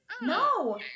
No